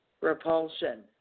repulsion